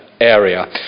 area